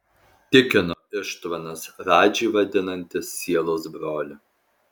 tikino ištvanas radžį vadinantis sielos broliu